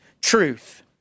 truth